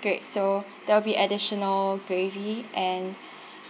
great so there will be additional gravy and